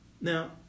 Now